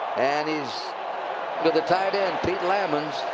and he's to the tight end, pete lammons.